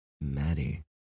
Maddie